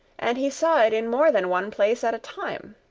and he saw it in more than one place at a time.